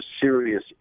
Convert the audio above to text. serious